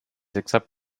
except